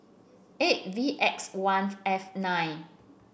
eight V X one F nine